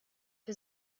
für